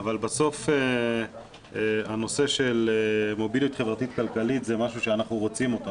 אבל בסוף הנושא של מוביליות חברתית כלכלית זה משהו שאנחנו רוצים אותו.